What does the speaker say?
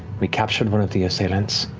we captured one of the assailants.